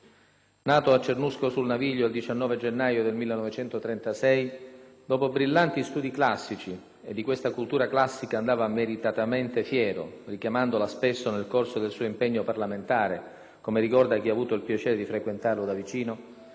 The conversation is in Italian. Nato a Cernusco sul Naviglio il 19 gennaio del 1936, dopo brillanti studi classici (e di questa cultura classica andava meritatamente fiero, richiamandola spesso nel corso del suo impegno parlamentare, come ricorda chi ha avuto il piacere di frequentarlo da vicino),